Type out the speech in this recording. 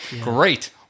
great